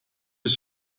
his